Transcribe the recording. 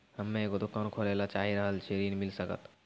हम्मे एगो दुकान खोले ला चाही रहल छी ऋण मिल सकत?